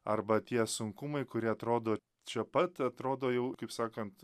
arba tie sunkumai kurie atrodo čia pat atrodo jau kaip sakant